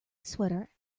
sweater